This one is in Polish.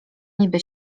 niby